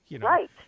Right